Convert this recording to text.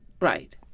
right